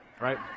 right